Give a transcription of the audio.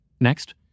Next